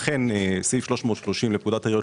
אכן סעיף 330 לפקודת העיריות